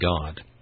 God